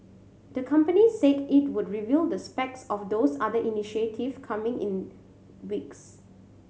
the company said it would reveal the of those other initiative coming in weeks